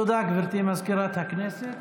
תודה, גברתי מזכירת הכנסת.